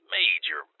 Major